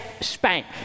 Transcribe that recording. spank